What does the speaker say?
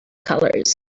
colors